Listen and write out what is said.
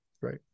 Right